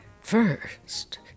First